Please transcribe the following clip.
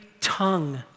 tongue